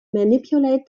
manipulate